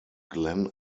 glen